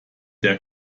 der